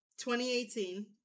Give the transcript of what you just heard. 2018